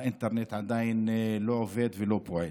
האינטרנט עדיין לא עובד ולא פועל,